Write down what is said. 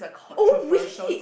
oh wait